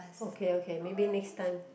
okay okay maybe next time